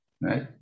right